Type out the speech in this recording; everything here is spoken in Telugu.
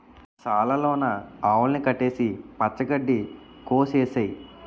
సాల లోన ఆవుల్ని కట్టేసి పచ్చ గడ్డి కోసె ఏసేయ్